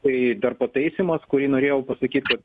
tai dar pataisymas kurį norėjau pasakyt kad